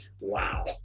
wow